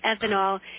ethanol